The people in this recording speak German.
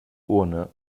urne